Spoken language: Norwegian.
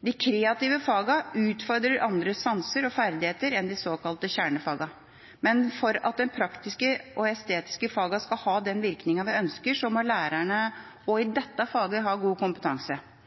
De kreative fagene utfordrer andre sanser og ferdigheter enn de såkalte kjernefagene. Men for at de praktiske og estetiske fagene skal ha den virkningen vi ønsker, må lærerne også i dette faget ha god kompetanse.